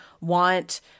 want